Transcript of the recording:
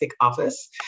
Office